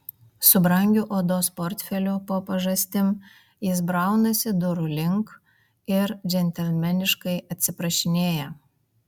su brangiu odos portfeliu po pažastim jis braunasi durų link ir džentelmeniškai atsiprašinėja